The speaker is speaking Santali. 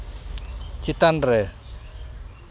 ᱪᱮᱛᱟᱱ ᱨᱮ